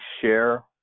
share